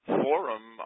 forum